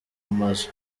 mazu